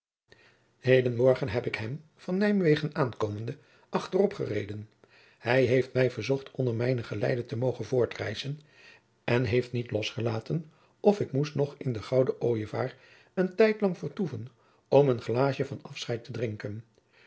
heden morgen heb ik hem van nymwegen aankomende achteropgereden hij heeft mij verzocht onder mijne geleide te mogen voortreizen en heeft niet losgelaten of ik moest nog in den gouden ojevaar een tijdlang vertoeven om een glaasje van afscheid te drinken